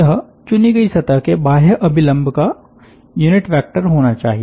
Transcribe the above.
यह चुनी गई सतह के बाह्य अभिलम्ब का यूनिट वेक्टर होना चाहिए